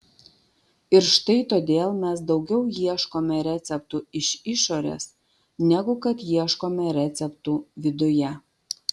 ir štai todėl mes daugiau ieškome receptų iš išorės negu kad ieškome receptų viduje